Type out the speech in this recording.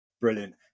Brilliant